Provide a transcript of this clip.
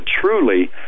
truly